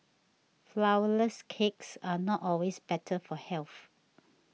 Flourless Cakes are not always better for health